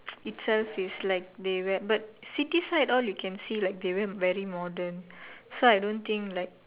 itself is like they wear but city side all you can see like they wear very modern so I don't think like